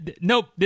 nope